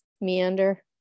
meander